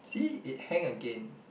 see it hang again